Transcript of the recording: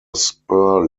spur